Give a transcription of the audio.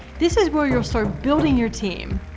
this is where you will start building your team.